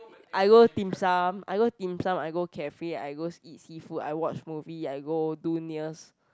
I go dim sum I go dim sum I go cafe I goes eat seafood I watch movie I go do nails